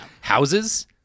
Houses